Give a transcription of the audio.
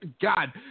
god